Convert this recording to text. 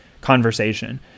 conversation